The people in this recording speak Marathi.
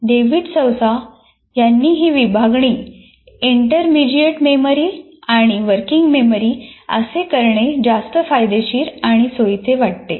डेव्हिड सौसा यांना ही विभागणी इंटरमिजिएट मेमरी आणि वर्किंग मेमरी असे करणे जास्त फायदेशीर आणि सोयीचे वाटते